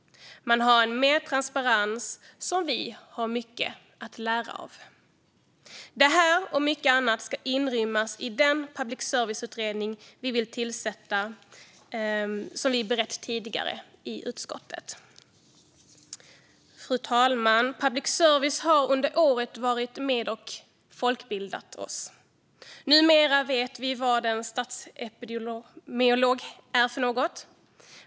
Man har mer transparens som vi har mycket att lära av. Detta och mycket annat ska inrymmas i den public service-utredning som vi vill tillsätta, och det har vi tidigare berett i utskottet. Fru talman! Public service har under året varit med och folkbildat oss. Numera vet vi vad en statsepidemiolog är för något.